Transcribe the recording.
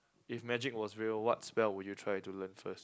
if magic was real what's spell would you try to learn first